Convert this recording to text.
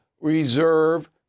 reserve